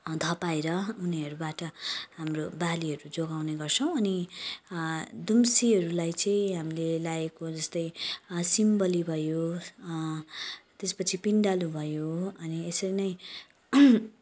धपाएर उनीहरूबाट हाम्रो बालीहरू जोगाउने गर्छौँ अनि दुम्सीहरूलाई चाहिँ हामीले लाएको जस्तै सिमल भयो त्यसपछि पिँडालु भयो अनि यसरी नै